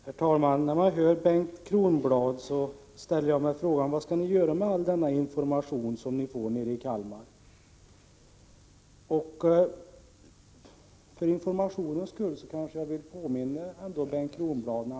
Herr talman! När jag hör Bengt Kronblad ställer jag mig frågan: Vad skall ni göra med all den information som ni får nere i Kalmar? Bengt Kronblad talade om humanistiska inslag i traditionell teknisk utbildning.